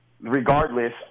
regardless